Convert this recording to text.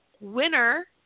Winner